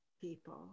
people